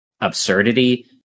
absurdity